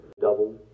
Double